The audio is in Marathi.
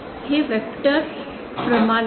हे वेक्टर प्रमाण आहे